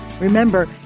Remember